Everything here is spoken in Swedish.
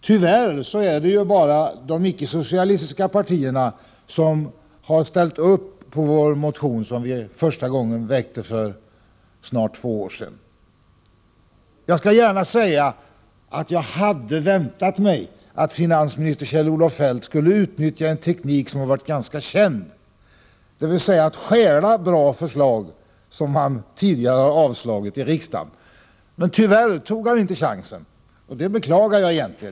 Tyvärr är det bara de icke-socialistiska partierna som ställt upp på vår motion, som vi väckte för första gången för snart två år sedan. Jag skall gärna säga att jag hade väntat mig att finansminister Kjell-Olof Feldt skulle utnyttja en teknik som är känd — att stjäla bra förslag som man tidigare avslagit i riksdagen. Tyvärr tog han inte chansen, och det beklagar jag.